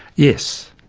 yes,